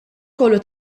kollu